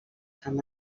amb